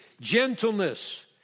Gentleness